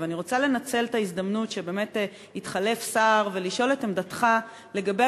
ואני רוצה לנצל את ההזדמנות שבאמת התחלף שר ולשאול על עמדתך לגבי